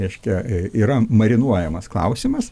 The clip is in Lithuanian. reiškia yra marinuojamas klausimas